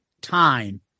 time